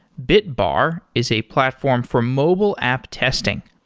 bitbar is a platform for mobile app testing.